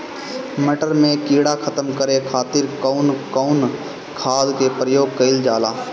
मटर में कीड़ा खत्म करे खातीर कउन कउन खाद के प्रयोग कईल जाला?